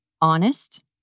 honest